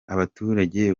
abaturage